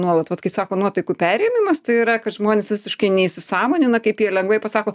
nuolat vat kai sako nuotaikų perėmimas tai yra kad žmonės visiškai neįsisąmonina kaip jie lengvai pasako